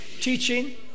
teaching